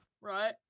right